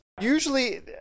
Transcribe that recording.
Usually